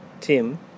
Tim